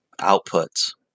outputs